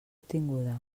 obtinguda